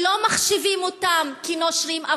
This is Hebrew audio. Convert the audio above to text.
שלא מחשיבים אותם לנושרים,